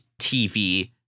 TV